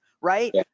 Right